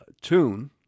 tune